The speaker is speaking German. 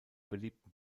beliebten